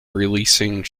releasing